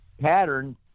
pattern